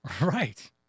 Right